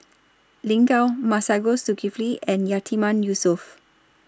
Lin Gao Masagos Zulkifli and Yatiman Yusof